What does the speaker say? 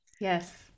Yes